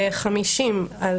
ב-50 על